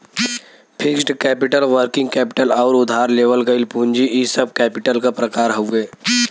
fixed capital working capital आउर उधार लेवल गइल पूंजी इ सब कैपिटल क प्रकार हउवे